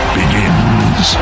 begins